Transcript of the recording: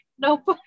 Nope